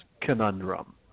conundrum